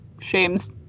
shames